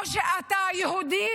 או שאתה יהודי